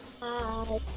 Hi